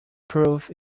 proof